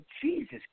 Jesus